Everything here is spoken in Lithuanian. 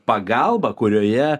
pagalba kurioje